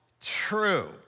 true